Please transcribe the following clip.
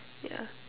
yeah